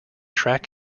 track